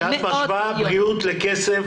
כשאת משווה בריאות לכסף,